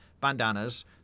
bandanas